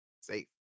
safe